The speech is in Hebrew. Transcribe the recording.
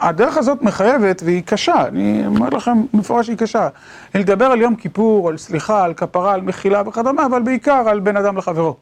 הדרך הזאת מחייבת והיא קשה, אני אומר לכם מפורש שהיא קשה. אני אדבר על יום כיפור, על סליחה, על כפרה, על מכילה וכדומה, אבל בעיקר על בן אדם לחברו.